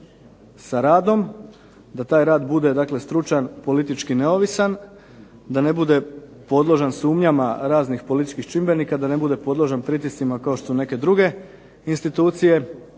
sa radom, da taj rad bude stručan, politički neovisan, da ne bude podložan sumnjama raznih političkih čimbenika, da ne bude podložan pritiscima kao što su neke druge institucije,